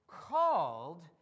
called